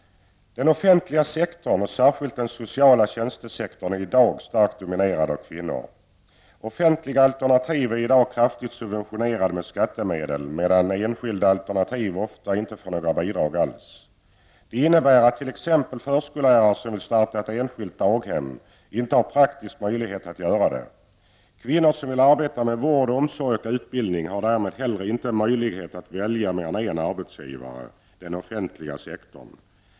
Den offentliga sektorn, och särskilt då den sociala tjänstesektorn, är i dag starkt dominerad av kvinnor. Offentliga alternativ är i dag kraftigt subventionerade med skattemedel medan enskilda alternativ inte får några bidrag alls. Det innebär att t.ex. förskollärare som vill starta ett enskilt daghem inte har praktiska möjligheter att göra det. Kvinnor som vill arbeta med vård, omsorg eller utbildning har därmed inte heller någon möjlighet att välja någon annan arbetsgivare än den offentliga sektorn.